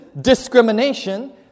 discrimination